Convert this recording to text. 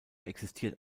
existiert